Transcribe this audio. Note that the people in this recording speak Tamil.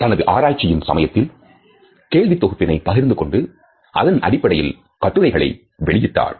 தனது ஆராய்ச்சியின் சமயத்தில் கேள்வி தொகுப்பினை பகிர்ந்துகொண்டு அதனடிப்படையில் கட்டுரைகளை வெளியிட்டார்